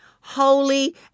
holy